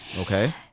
Okay